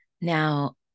Now